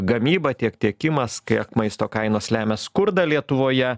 gamyba tiek tiekimas kiek maisto kainos lemia skurdą lietuvoje